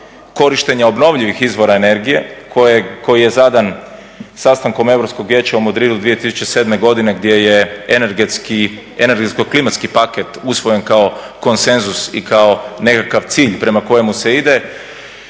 korištenja obnovljivih izvora energije koji je zadan sastankom Europskog vijeća u Madridu 2007. godine gdje je energetsko-klimatski paket usvojen kao konsenzus i kao nekakav cilj prema kojemu se ide